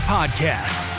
Podcast